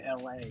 la